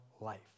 life